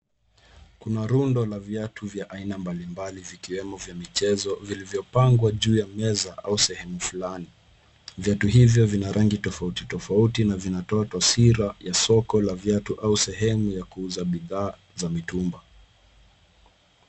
Kuna rundo la viatu vya aina mbalimbali vikiwemo vya michezo vilivyopangwa juu ya meza au sehemu fulani. Viatu hivyo vina rangi tofauti, tofauti na vinatoa taswira ya soko la viatu au sehemu ya kuuza bidhaa za mitumba.